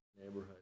neighborhood